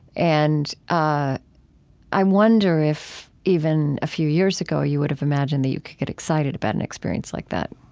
and ah i wonder if even a few years ago you would have imagined that you could get excited about an experience like that